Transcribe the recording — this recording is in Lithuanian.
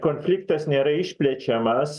konfliktas nėra išplečiamas